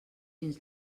fins